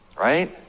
right